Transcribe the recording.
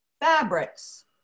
fabrics